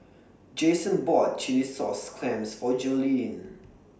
Jason bought Chilli Sauce Clams For Joleen